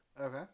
Okay